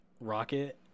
Rocket